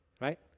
right